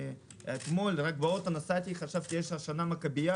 אתמול נסעתי באוטו וחשבתי שיש השנה מכבייה